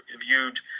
viewed